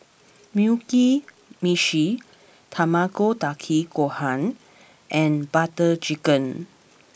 Mugi Meshi Tamago Kake Gohan and Butter Chicken